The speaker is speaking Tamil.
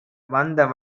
வந்த